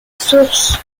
source